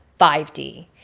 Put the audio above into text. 5D